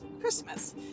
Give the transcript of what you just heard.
Christmas